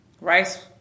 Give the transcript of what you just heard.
rice